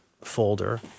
folder